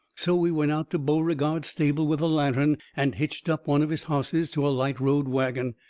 so we went out to beauregard's stable with a lantern and hitched up one of his hosses to a light road wagon.